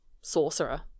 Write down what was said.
sorcerer